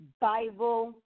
Bible